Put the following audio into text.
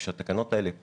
כאשר התקנות האלה פוקעות,